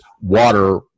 water